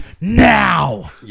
now